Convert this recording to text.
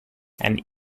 and